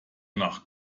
nach